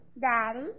Daddy